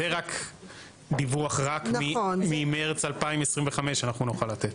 זה רק דיווח ממרץ 2025 אנחנו נוכל לתת.